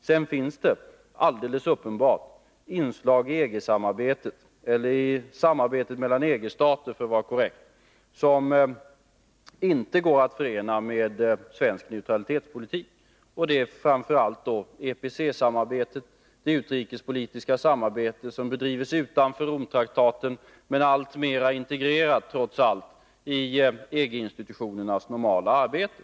Sedan finns det ett alldeles uppenbart inslag i EG-samarbetet — eller i samarbetet mellan EG-stater, för att vara korrekt — som inte går att förena med svensk neutralitetspolitik. Det är framför allt EPC-samarbetet, det utrikespolitiska samarbete som bedrivs utanför Romtraktaten men som trots detta blir alltmer integrerat i EG-institutionernas normala arbete.